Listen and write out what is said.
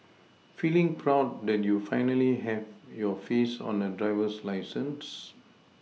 feeling proud that you finally have your face on a driver's license